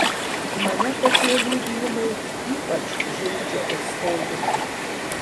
mane tokie liudijimai ypač žeidžia ir skaudina